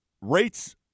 rates